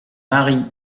mari